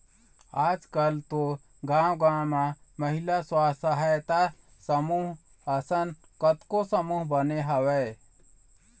आजकल तो गाँव गाँव म महिला स्व सहायता समूह असन कतको समूह बने हवय